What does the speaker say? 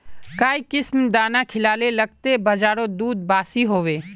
काई किसम दाना खिलाले लगते बजारोत दूध बासी होवे?